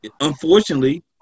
unfortunately